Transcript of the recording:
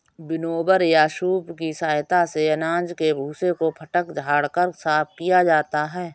winnower या सूप की सहायता से अनाज के भूसे को फटक झाड़ कर साफ किया जाता है